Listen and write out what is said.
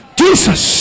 jesus